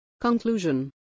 Conclusion